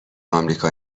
آمریکا